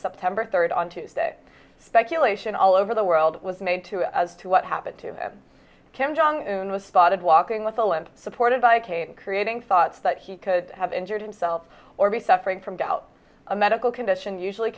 september third on tuesday speculation all over the world was made to as to what happened to kim jong un was spotted walking with a limp supported by a cane creating thoughts that he could have injured himself or be suffering from doubt a medical condition usually